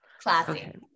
Classy